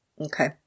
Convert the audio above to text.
Okay